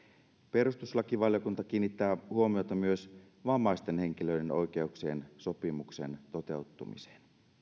perustuslakivaliokunta kiinnittää huomiota myös vammaisten henkilöiden oikeuksien sopimuksen toteutumiseen